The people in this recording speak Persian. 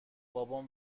بابام